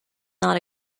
not